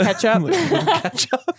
ketchup